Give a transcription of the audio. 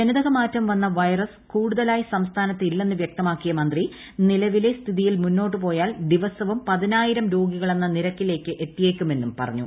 ജനിതകമാറ്റം വന്ന വൈറസ് കൂടുതലായി സംസ്ഥാനത്ത് ഇല്ലെന്ന് വൃക്തമാക്കിയ മന്ത്രി നിലവിലെ സ്ഥിതിയിൽ മുന്നോട്ട് പോയാൽ ദിവസവും പതിനായിരം രോഗികളെന്ന നിരക്കിലേക്ക് എത്തിയേക്കുമെന്നും പറഞ്ഞു